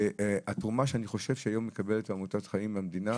התרומה שאני חושב שהיום מקבלת עמותת חיים מהמדינה,